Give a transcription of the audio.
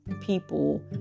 people